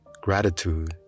Gratitude